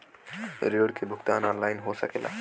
ऋण के भुगतान ऑनलाइन हो सकेला?